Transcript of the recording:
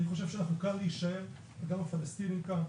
אני חושב שאנחנו כאן להישאר וגם הפלסטינים כאן,